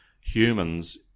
humans